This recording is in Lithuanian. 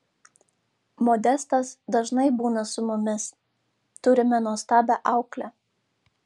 modestas dažnai būna su mumis turime nuostabią auklę